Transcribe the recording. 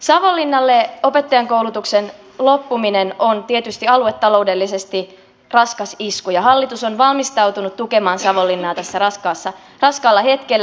savonlinnalle opettajankoulutuksen loppuminen on tietysti aluetaloudellisesti raskas isku ja hallitus on valmistautunut tukemaan savonlinnaa tässä raskaalla hetkellä